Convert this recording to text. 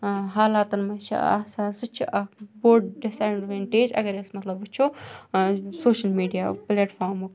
حالاتَن منٛز چھِ آسان سُہ چھِ اَکھ بوٚڑ ڈِس اٮ۪ڈوٮ۪نٛٹیج اگر أسۍ مطلب وٕچھو سوشَل میٖڈیاہُک پٕلیٹفارمُک